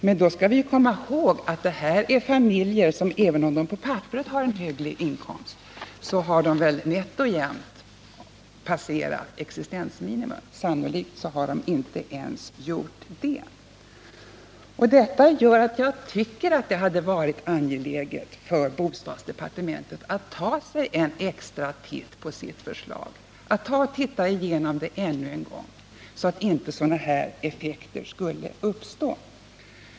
Men då bör vi komma ihåg att det här är familjer som, även om de på papperet haren hög inkomst, nätt och jämt har passerat existensminimum, om ens det. Detta gör att jag tycker det hade bort vara angeläget för bostadsdepartementet att ta sig en extra titt på sitt förslag, för att undvika att sådana pomperipossaeffekter skulle kunna uppstå.